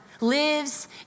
lives